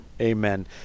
amen